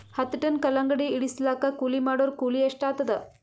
ಹತ್ತ ಟನ್ ಕಲ್ಲಂಗಡಿ ಇಳಿಸಲಾಕ ಕೂಲಿ ಮಾಡೊರ ಕೂಲಿ ಎಷ್ಟಾತಾದ?